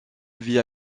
via